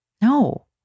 No